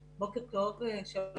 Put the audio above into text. בוקר טוב, שלום לכולם.